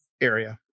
area